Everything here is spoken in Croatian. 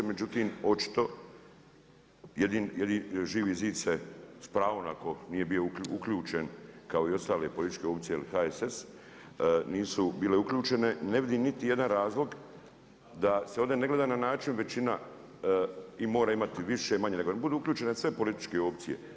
Međutim očito jer Živi zid se s pravom ako nije bio uključen kao i ostale političke opcije ili HSS nisu bile uključene ne vidim niti jedan razlog da se ovdje ne gleda na način većina mora imati više, manje nego neka budu uključene sve političke opcije.